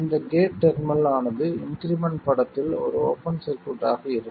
இந்த gate terminal ஆனது incremental படத்தில் ஒரு ஓப்பன் சர்க்யூட் ஆக இருக்கும்